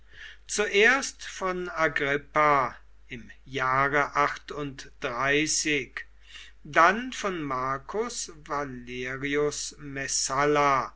zuerst von agrippa im jahre dann von marcus valerius